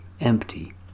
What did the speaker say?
empty